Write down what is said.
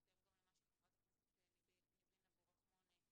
בהתאם למה שהציעה חברת הכנסת ניבין אבו רחמון,